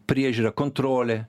priežiūra kontrolė